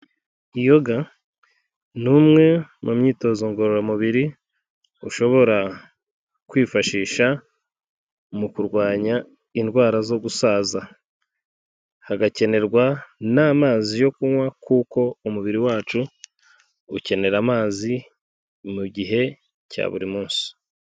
Yoga ni umwe mu myitozo ngororamubiri ushobora kwifashisha mu kurwanya indwara zo gusaza, hagakenerwa n'amazi yo kunywa kuko umubiri wacu ukenera amazi mu gihe cya buri munsi.